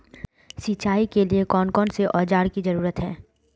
सिंचाई के लिए कौन कौन से औजार की जरूरत है?